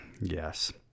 Yes